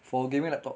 for gaming laptop